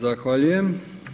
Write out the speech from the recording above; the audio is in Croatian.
Zahvaljujem.